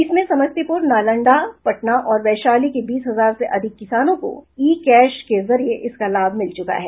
इसमें समस्तीपुर नालंदा पटना और वैशाली के बीस हजार से अधिक किसानों को ई कैश के जरिए इसका लाभ मिल चुका है